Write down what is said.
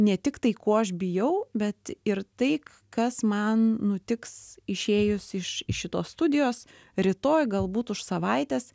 ne tik tai ko aš bijau bet ir tai kas man nutiks išėjus iš iš šitos studijos rytoj galbūt už savaitės